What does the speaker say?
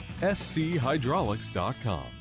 schydraulics.com